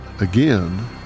again